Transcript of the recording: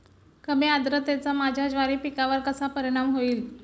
कमी आर्द्रतेचा माझ्या ज्वारी पिकावर कसा परिणाम होईल?